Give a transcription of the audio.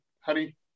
Honey